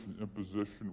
imposition